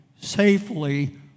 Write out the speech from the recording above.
safely